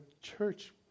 church